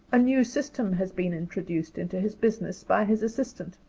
a new system had been introduced into his business by his assistant,